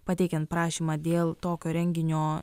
pateikiant prašymą dėl tokio renginio